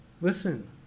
Listen